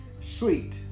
sweet